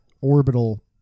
orbital